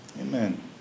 amen